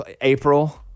April